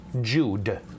Jude